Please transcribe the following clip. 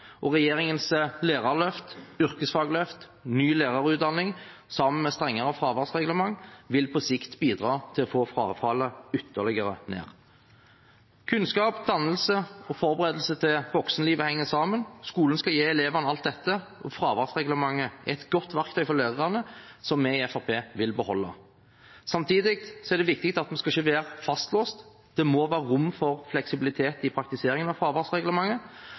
Regjeringens lærerløft, yrkesfagløft og ny lærerutdanning vil – sammen med strengere fraværsreglement – på sikt bidra til å få frafallet ytterligere ned. Kunnskap, dannelse og forberedelse til voksenlivet henger sammen. Skolen skal gi elevene alt dette. Fraværsreglementet er et godt verktøy for lærerne, et verktøy som vi i Fremskrittspartiet vil beholde. Samtidig er det viktig at vi ikke skal være fastlåst. Det må være rom for fleksibilitet i praktiseringen av